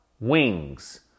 Wings